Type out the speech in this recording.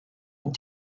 une